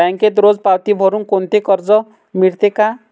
बँकेत रोज पावती भरुन कोणते कर्ज मिळते का?